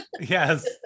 yes